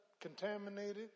contaminated